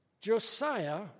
Josiah